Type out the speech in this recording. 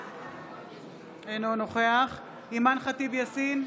אינו נוכח אימאן ח'טיב יאסין,